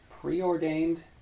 preordained